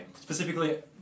Specifically